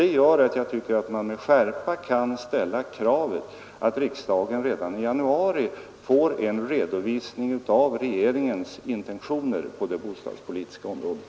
Det gör att jag tycker att man med skärpa kan ställa kravet att riksdagen redan i januari får en redovisning för regeringens intentioner på det bostadspolitiska området.